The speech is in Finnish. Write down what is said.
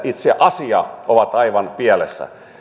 itse asia ovat aivan pielessä